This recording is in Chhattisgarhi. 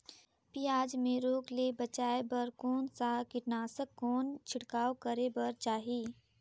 पियाज मे रोग ले बचाय बार कौन सा कीटनाशक कौन छिड़काव करे बर चाही?